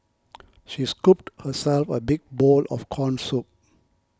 she scooped herself a big bowl of Corn Soup